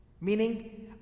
Meaning